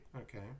Okay